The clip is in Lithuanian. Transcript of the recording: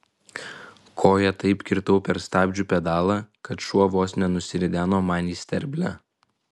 koja taip kirtau per stabdžių pedalą kad šuo vos nenusirideno man į sterblę